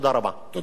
תודה רבה.